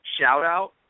shout-out